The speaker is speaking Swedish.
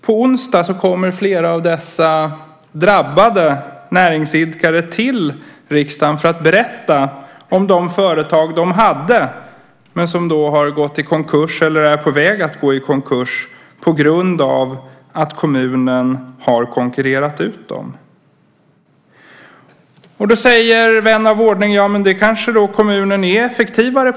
På onsdag kommer flera av dessa drabbade näringsidkare till riksdagen för att berätta om de företag de hade men som har gått i konkurs eller är på väg att gå i konkurs på grund av att kommunen har konkurrerat ut dem. Då frågar vän av ordning: Kanske kommunerna är effektivare?